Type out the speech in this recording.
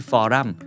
Forum